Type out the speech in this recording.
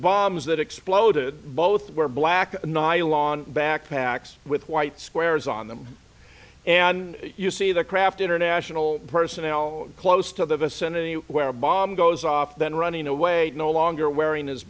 bombs that exploded both were black nylon backpacks with white squares on them and you see the craft international personnel close to the vicinity where a bomb goes off then running away no longer wearing his